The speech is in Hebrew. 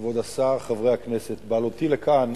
כבוד השר, חברי הכנסת, בעלותי לכאן,